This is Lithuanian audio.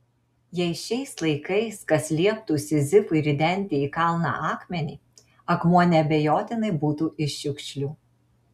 jei šiais laikais kas lieptų sizifui ridenti į kalną akmenį akmuo neabejotinai būtų iš šiukšlių